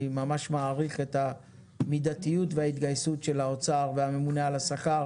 ממש מעריך את המידתיות וההתגייסות של האוצר והממונה על השכר